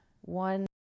one